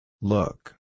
Look